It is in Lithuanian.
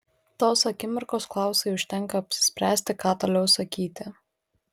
tos akimirkos klausui užtenka apsispręsti ką toliau sakyti